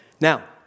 Now